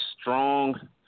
strong